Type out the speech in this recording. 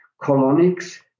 colonics